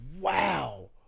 wow